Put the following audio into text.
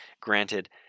Granted